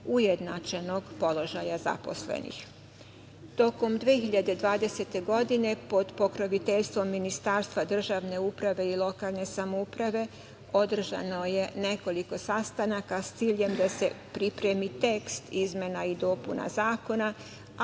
ujednačenog položaja zaposlenih. Tokom 2020. godine, pod pokroviteljstvom Ministarstva državne uprave i lokalne samouprave, održano je nekoliko sastanaka, sa ciljem da se pripremi tekst izmena i dopuna zakona,